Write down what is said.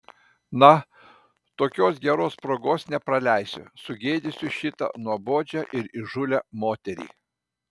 na tokios geros progos nepraleisiu sugėdysiu šitą nuobodžią ir įžūlią moterį